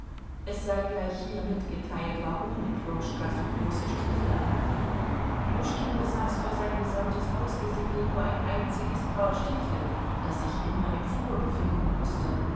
es sei gleich hier mitgeteilt warum proschka so große stiefel anhatte pljuschkin besaß für sein gesamtes hausgesinde nur ein einziges paar stiefel das sich immer im flur befinden mußte